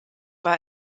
war